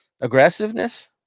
aggressiveness